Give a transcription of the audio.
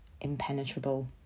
impenetrable